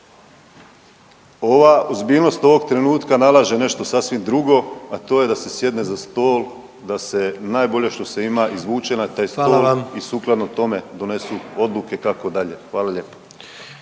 Ova ozbiljnost ovog trenutka nalaže nešto sasvim drugo, a to je da se sjedne za stol i da se najbolje što se ima izvuče na taj stol i sukladno tome donesu odluke kako dalje. Hvala lijepo.